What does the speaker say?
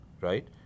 right